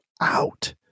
out